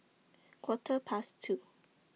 Quarter Past two